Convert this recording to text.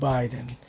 Biden